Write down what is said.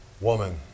woman